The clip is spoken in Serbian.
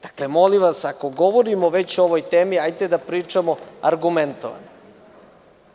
Dakle, molim vas, ako govorimo o ovoj temi, hajde da pričamo argumentovano.